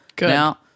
now